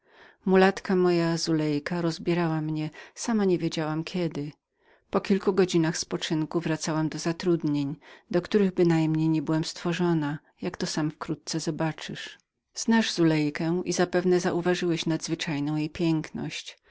mulatka moja zulejka rozbierała mnie sama niewiedziałam kiedy po kilku godzinach spoczynku wracałam do zatrudnień do których bynajmniej niebyłam stworzoną jak to sam wkrótce zobaczysz znasz zulejkę i zapewne uważałeś nadzwyczajną jej piękność